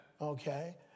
okay